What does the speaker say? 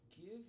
Give